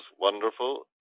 wonderful